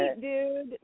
dude